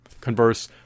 converse